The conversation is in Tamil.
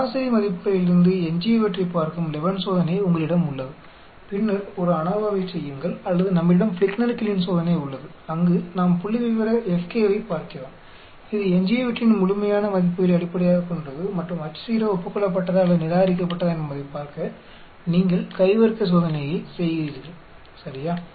சராசரி மதிப்புகளிலிருந்து எஞ்சியவற்றைப் பார்க்கும் லெவென் சோதனை உங்களிடம் உள்ளது பின்னர் ஒரு ANOVA ஐச் செய்யுங்கள் அல்லது நம்மிடம் ஃபிளிக்னர் கில்லீன் சோதனை உள்ளது அங்கு நாம் புள்ளிவிவர FK ஐப் பார்க்கிறோம் இது எஞ்சியவற்றின் முழுமையான மதிப்புகளை அடிப்படையாகக் கொண்டது மற்றும் H0 ஒப்புக்கொள்ளப்பட்டதா அல்லது நிராகரிக்கப்பட்டதா என்பதைப் பார்க்க நீங்கள் கை வர்க்கச் சோதனையை செய்கிறீர்கள் சரியா